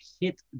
hit